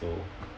so